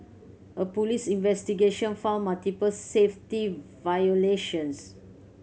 a police investigation found multiple safety violations